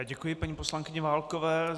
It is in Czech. Děkuji paní poslankyni Válkové.